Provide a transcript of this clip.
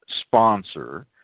sponsor